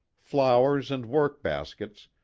flowers and work-baskets,